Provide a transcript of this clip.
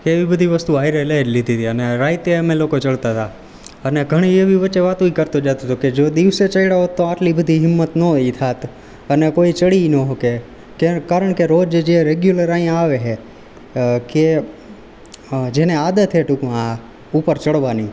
કે એવી બધી વસ્તુઓ સાથે લઈ લીધી તી અને રાતે અમે લોકો ચડતા તા અને ઘણી એવી વચ્ચે વાતુએ કરતો જાતો તો કે જો દિવસે ચળ્યો હોત તો આટલી બધી હિંમત નએ થાત અને કોઈ ચડીએ ન શકે કે કારણ કે રોજ જે રેગ્યુલર અહીંયાં આવે છે કે જેને આદત હે ટૂંકમાં આ ઉપર ચડવાની